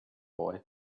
boy